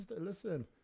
listen